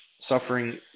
suffering